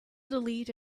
delete